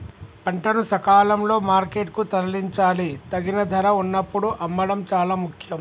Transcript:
పంటను సకాలంలో మార్కెట్ కు తరలించాలి, తగిన ధర వున్నప్పుడు అమ్మడం చాలా ముఖ్యం